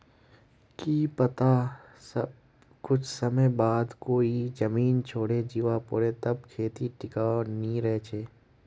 की पता कुछ समय बाद तोक ई जमीन छोडे जीवा पोरे तब खेती टिकाऊ नी रह छे